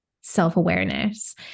self-awareness